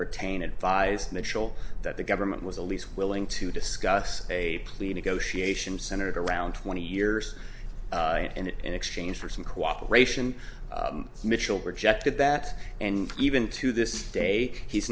pertain advised mitchell that the government was the least willing to discuss a plea negotiations centered around twenty years and in exchange for some cooperation mitchell rejected that and even to this day he's